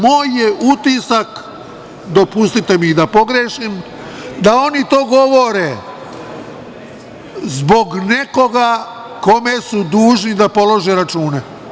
Moj je utisak, dopustite mi da pogrešim, da oni to govore zbog nekoga kome su dužni da polažu račune.